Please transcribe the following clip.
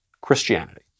Christianity